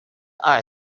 our